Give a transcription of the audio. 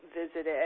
visited